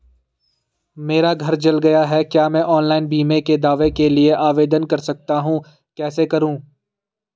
मेरा घर जल गया है क्या मैं ऑनलाइन बीमे के दावे के लिए आवेदन कर सकता हूँ कैसे करूँ?